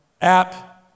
App